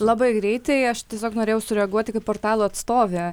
labai greitai aš tiesiog norėjau sureaguoti kaip portalo atstovė